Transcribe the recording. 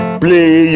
play